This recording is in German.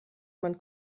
man